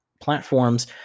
platforms